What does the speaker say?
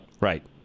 Right